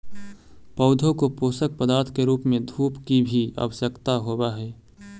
पौधों को पोषक पदार्थ के रूप में धूप की भी आवश्यकता होवअ हई